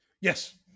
Yes